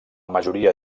majoria